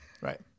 right